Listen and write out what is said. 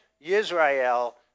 Israel